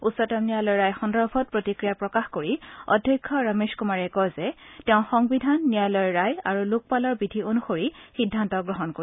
উচ্চতম ন্যায়ালয়ৰ ৰায় সন্দৰ্ভত প্ৰতিক্ৰিয়া প্ৰকাশ কৰি অধ্যক্ষ ৰমেশ কুমাৰে কয় যে তেওঁ সংবিধান ন্যায়ালয়ৰ ৰায় আৰু লোকপালৰ বিধি অনুসৰি সিদ্ধান্ত গ্ৰহণ কৰিব